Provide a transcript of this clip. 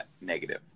negative